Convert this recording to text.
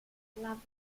veckan